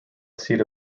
seat